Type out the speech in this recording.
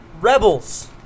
Rebels